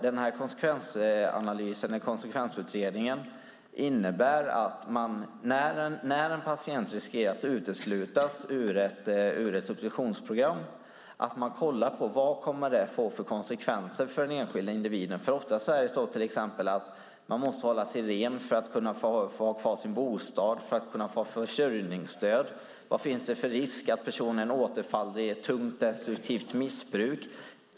Den här konsekvensanalysen eller konsekvensutredningen innebär att man, när en patient riskerar att uteslutas ur ett substitutionsprogram, ska titta på vad det får för konsekvenser för den enskilda individen. Ofta måste man till exempel hålla sig ren för att få ha kvar sin bostad och för att få ha kvar försörjningsstöd. Vad finns det för risk att personen återfaller i ett tungt destruktivt missbruk?